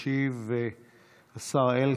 ישיב השר אלקין,